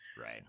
Right